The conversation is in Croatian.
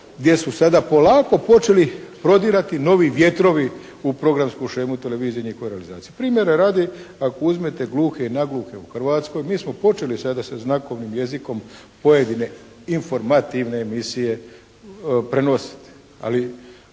gdje su sada polako počeli prodirati novi vjetrovi u programsku šemu televizije i … /Govornik se ne razumije./. Primjera radi, ako uzmete gluhe i nagluhe u Hrvatskoj mi smo počeli sada sa znakovnim jezikom pojedine informativne emisije prenositi,